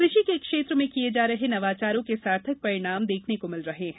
कृषि के क्षेत्र में किये जा रहे नवाचारों के सार्थक परिणाम देखने को मिल रहे हैं